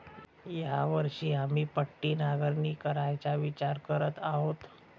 या वर्षी आम्ही पट्टी नांगरणी करायचा विचार करत आहोत